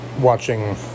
watching